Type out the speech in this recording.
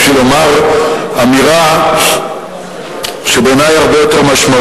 אלא בשביל לומר אמירה שבעיני היא הרבה יותר משמעותית: